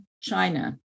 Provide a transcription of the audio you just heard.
China